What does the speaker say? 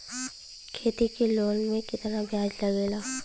खेती के लोन में कितना ब्याज लगेला?